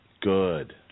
Good